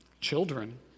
children